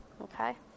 Okay